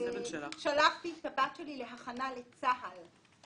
שלחתי את הבת שלי להכנה לצה"ל,